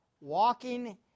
Walking